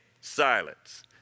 Silence